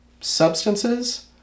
Substances